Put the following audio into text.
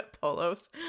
polos